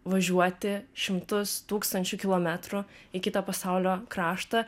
važiuoti šimtus tūkstančių kilometrų į kitą pasaulio kraštą